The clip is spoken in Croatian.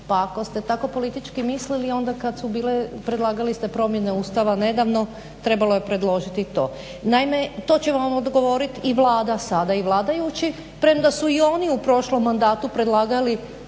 Pa ako ste tako politički mislili onda kad su bile, predlagali ste promjene Ustava nedavno, trebalo je predložiti i to. Naime, to će vam odgovoriti i Vlada sada i vladajući, premda su i oni u prošlom mandatu predlagali